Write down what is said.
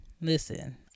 Listen